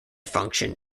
function